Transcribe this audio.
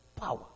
power